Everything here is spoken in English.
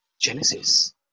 Genesis